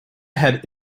had